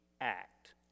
act